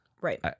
right